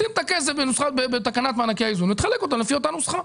שים את הכסף בתקנת מענקי האיזון ותחלק אותו לפי אותה נוסחה.